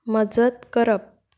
मजत करप